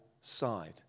side